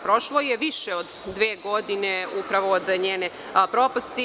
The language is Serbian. Prošlo je više od dve godine upravo od njene propasti.